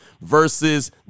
versus